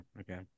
okay